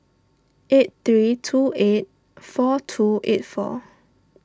eight three two eight four two eight four